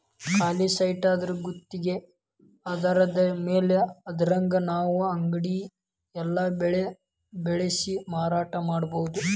ಖಾಲಿ ಸೈಟಿದ್ರಾ ಗುತ್ಗಿ ಆಧಾರದ್ಮ್ಯಾಲೆ ಅದ್ರಾಗ್ ನಾವು ಅಂಗಡಿ ಇಲ್ಲಾ ಬೆಳೆ ಬೆಳ್ಸಿ ಮಾರಾಟಾ ಮಾಡ್ಬೊದು